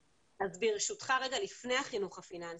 ברשותך, לפני החינוך הפיננסי,